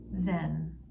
zen